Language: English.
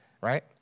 right